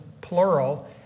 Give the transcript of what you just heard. plural